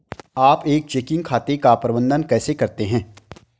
आप एक चेकिंग खाते का प्रबंधन कैसे करते हैं?